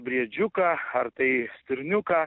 briedžiuką ar tai stirniuką